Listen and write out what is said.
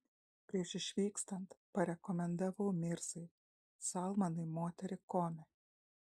prieš išvykstant parekomendavau mirzai salmanui moterį kome